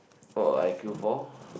what would I queue for